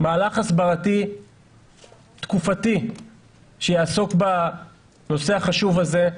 מהלך הסברתי תקופתי שיעסוק בנושא החשוב הזה.